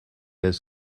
his